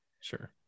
Sure